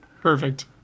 Perfect